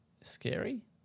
scary